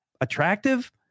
attractive